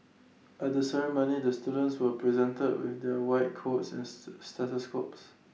at the ceremony the students were presented with their white coats and stethoscopes